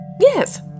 Yes